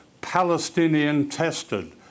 Palestinian-tested